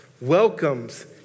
welcomes